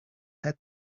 had